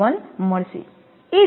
31𝑉1 મળશે